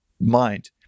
mind